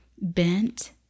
bent